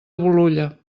bolulla